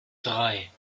drei